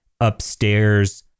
upstairs